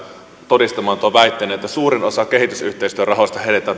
todistamaan tuo väite että suurin osa kehitysyhteistyörahoista heitetään tuonne